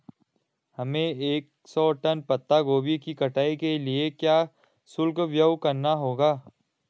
हमें एक सौ टन पत्ता गोभी की कटाई के लिए क्या शुल्क व्यय करना होगा?